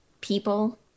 people